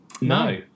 No